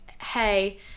hey